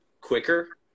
quicker